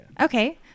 Okay